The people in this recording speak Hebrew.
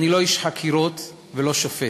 אני לא איש חקירות ולא שופט,